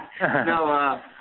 No